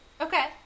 Okay